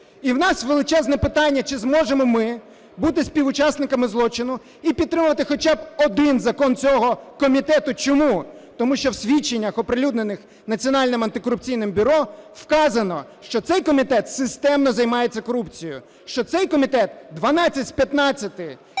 І у нас величезне питання: чи зможемо ми бути співучасниками злочину і підтримувати хоча б один закон цього комітету? Чому? Тому що в свідченнях, оприлюднених Національним антикорупційним бюро, вказано, що цей комітет системно займається корупцією, що цей комітет, 12 з 15